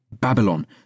Babylon